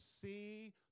see